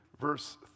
verse